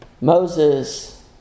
Moses